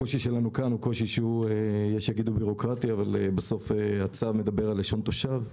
הקושי שלנו כאן יש שיגידו בירוקרטי אבל בסוף הצו מדבר על לשון תושב.